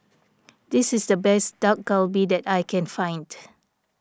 this is the best Dak Galbi that I can find